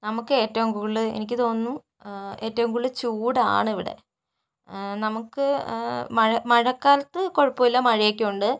നമുക്ക് ഏറ്റവും കൂടുതൽ എനിക്ക് തോന്നുന്നു ഏറ്റവും കൂടുതൽ ചൂടാണ് ഇവിടെ നമുക്ക് മഴ മഴക്കാലത്ത് കുഴപ്പമില്ല മഴയൊക്കെയുണ്ട്